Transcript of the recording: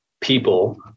people